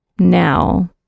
now